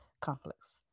complex